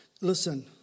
Listen